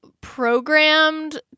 programmed